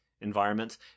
environments